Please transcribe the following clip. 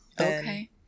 Okay